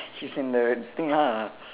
it's in the thing lah